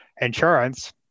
insurance